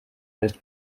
most